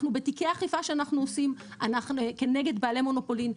בתיקי אכיפה שאנחנו עושים כנגד בעלי מונופולין,